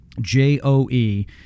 J-O-E